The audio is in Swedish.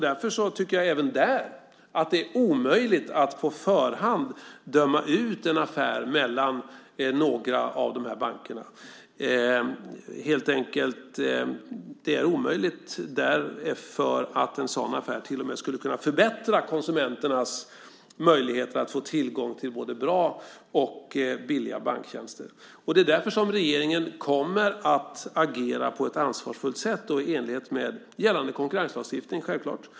Därför tycker jag att det är omöjligt att på förhand döma ut en affär mellan några av dessa banker. Det är omöjligt helt enkelt för att en sådan affär till och med skulle kunna förbättra konsumenternas möjligheter att få tillgång till både bra och billiga banktjänster. Därför kommer regeringen att agera på ett ansvarsfullt sätt och självklart i enlighet med gällande konkurrenslagstiftning.